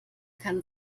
kann